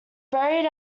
buried